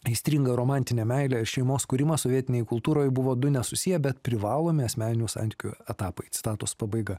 aistringa romantinė meilė ir šeimos kūrimas sovietinėj kultūroj buvo du nesusiję bet privalomi asmeninių santykių etapai citatos pabaiga